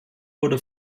wurde